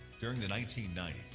during the nineteen ninety